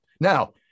Now